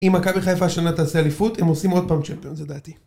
אם מכבי חיפה השנה תעשה אליפות, הם עושים עוד פעם צ'מפיונס, לדעתי.